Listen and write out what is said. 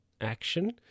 action